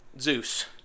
Zeus